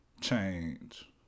change